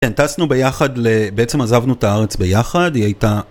כן, טסנו ביחד, בעצם עזבנו את הארץ ביחד, היא הייתה...